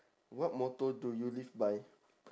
what motto do you live by